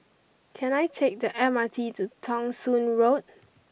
can I take the M R T to Thong Soon Road